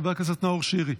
חבר הכנסת נאור שירי,